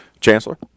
Chancellor